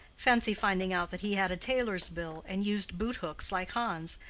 fancy finding out that he had a tailor's bill, and used boot-hooks, like hans.